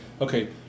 okay